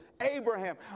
Abraham